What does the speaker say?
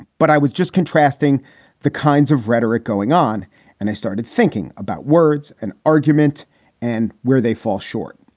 but i was just contrasting the kinds of rhetoric going on and i started thinking about words and argument and where they fall short.